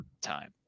time